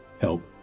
help